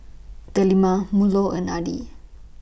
Delima Melur and Adi